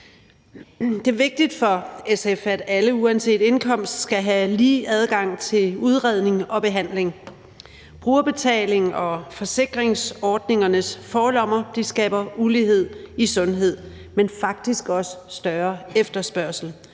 Det er vigtigt for SF, at alle uanset indkomst skal have lige adgang til udredning og behandling. Brugerbetaling og forsikringsordningernes forlommer skaber ulighed i sundhed, men faktisk også større efterspørgsel,